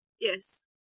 Yes